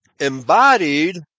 embodied